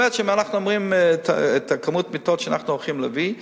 זאת אומרת שאם אנחנו מדברים על מספר המיטות שאנחנו הולכים להביא,